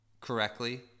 correctly